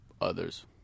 others